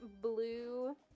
blue